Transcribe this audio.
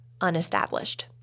unestablished